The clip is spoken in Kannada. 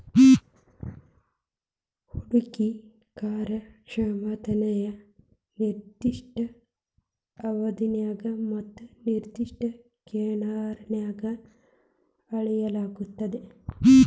ಹೂಡ್ಕಿ ಕಾರ್ಯಕ್ಷಮತೆಯನ್ನ ನಿರ್ದಿಷ್ಟ ಅವಧ್ಯಾಗ ಮತ್ತ ನಿರ್ದಿಷ್ಟ ಕರೆನ್ಸಿನ್ಯಾಗ್ ಅಳೆಯಲಾಗ್ತದ